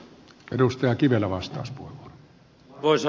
arvoisa herra puhemies